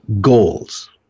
goals